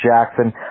Jackson